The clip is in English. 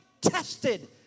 tested